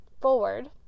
forward